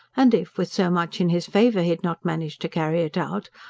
and if, with so much in his favour, he had not managed to carry it out,